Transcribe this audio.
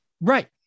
Right